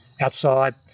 outside